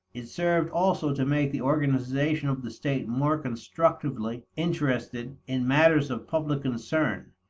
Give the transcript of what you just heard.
it served also to make the organization of the state more constructively interested in matters of public concern.